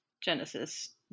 Genesis